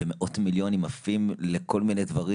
ומאות מיליונים עפים לכל מיני דברים